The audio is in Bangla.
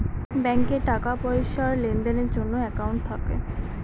ব্যাঙ্কে টাকা পয়সার লেনদেনের জন্য একাউন্ট থাকে